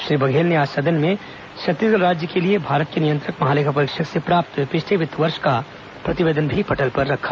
श्री बघेल ने आज सदन में छतीसगढ़ राज्य के लिए भारत के नियंत्रक महालेखा परीक्षक से प्राप्त पिछले वित्त वर्ष का प्रतिवेदन पटल पर रखा